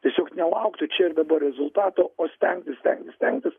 tiesiog nelaukti čia ir dabar rezultato o stengtis stengtis stengtis